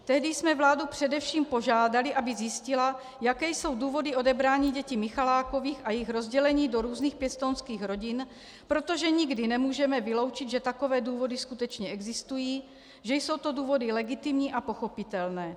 Tehdy jsme vládu především požádali, aby zjistila, jaké jsou důvody odebrání dětí Michalákových a jejich rozdělení do různých pěstounských rodin, protože nikdy nemůžeme vyloučit, že takové důvody skutečně existují, že jsou to důvody legitimní a pochopitelné.